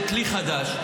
זה כלי חדש,